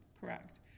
Correct